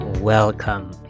Welcome